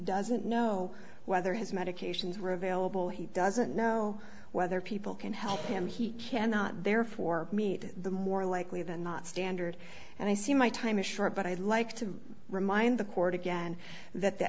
doesn't know whether his medications were available he doesn't know whether people can help him he cannot therefore meet the more likely than not standard and i see my time is short but i'd like to remind the court again that the